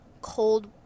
cold